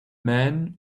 man